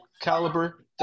caliber